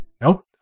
nope